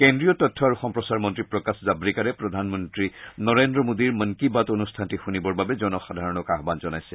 কেন্দ্ৰীয় তথ্য আৰু সম্প্ৰচাৰ মন্ত্ৰী প্ৰকাশ জাল্ৰেকাৰে প্ৰধানমন্ত্ৰী নৰেন্দ্ৰ মোডীৰ মন কী বাত অনুষ্ঠানটি শুনিবৰ বাবে জনসাধাৰণক আহুন জনাইছে